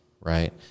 right